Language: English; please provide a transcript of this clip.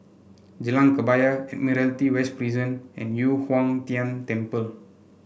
Jalan Kebaya Admiralty West Prison and Yu Huang Tian Temple